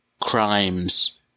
crimes